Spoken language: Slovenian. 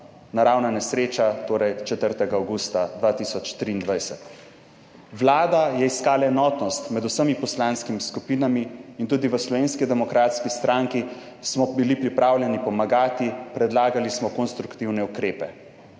naravna nesreča, torej 4. avgusta 2023. Vlada je iskala enotnost med vsemi poslanskimi skupinami in tudi v Slovenski demokratski stranki smo bili pripravljeni pomagati, predlagali smo konstruktivne ukrepe.